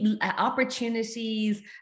opportunities